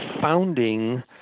founding